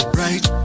right